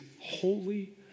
holy